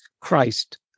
Christ